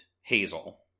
Hazel